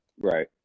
right